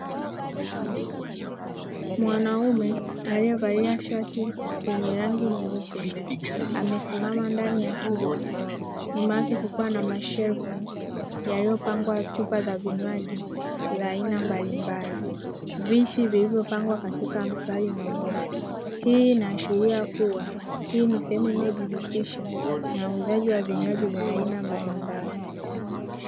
Mwanaume aliyevalia shati lenye rangi nyeupe amesimama ndani ya chumba nyuma yake kukiwa na mashelfu yaliyopangwa chupa za vinywaji za aina mbalimbali, viti vilivyopangwa kwa mstari mnyoofu. Hii inaashiria kuwa hii ni sehemu inayojihusisha na uuzaji wa vinywaji vya aina mbalimbali.